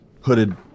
hooded